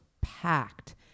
packed